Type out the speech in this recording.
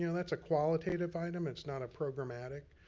you know that's a qualitative item, it's not a programmatic.